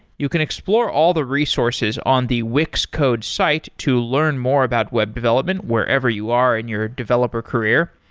you can explore all the resources on the wix code's site to learn more about web development wherever you are in your developer career.